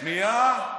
שנייה.